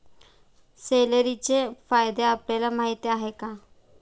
सेलेरीचे फायदे आपल्याला माहीत आहेत का?